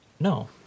No